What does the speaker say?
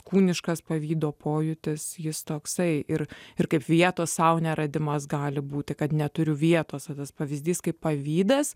kūniškas pavydo pojūtis jis toksai ir ir kaip vietos sau neradimas gali būti kad neturiu vietos va tas pavyzdys kaip pavydas